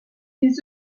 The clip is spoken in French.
les